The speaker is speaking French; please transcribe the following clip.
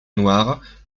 noires